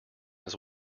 his